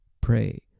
pray